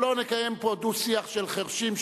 לא נקיים פה דו-שיח של חירשים,